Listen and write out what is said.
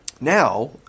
Now